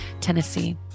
Tennessee